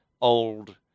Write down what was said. old